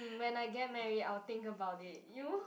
mm when I get married I will think about it you